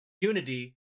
unity